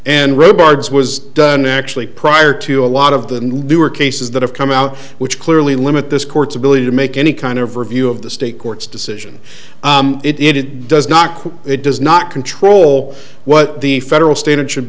regards was done actually prior to a lot of the newer cases that have come out which clearly limit this court's ability to make any kind of review of the state court's decision it does not it does not control what the federal standard should